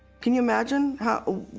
can you imagine how?